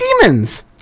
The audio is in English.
demons